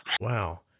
Wow